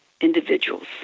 individuals